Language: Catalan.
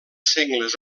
sengles